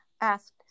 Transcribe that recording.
asked